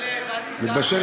מתבשלת.